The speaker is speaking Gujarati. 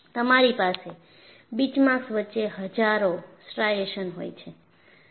તમારી પાસે બીચમાર્ક્સ વચ્ચે હજારો સ્ટ્રાઇશન્સ હોય છે